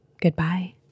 Goodbye